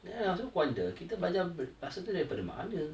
then I also wonder kita belajar bahasa tu dari mana